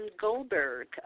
Goldberg